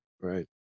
Right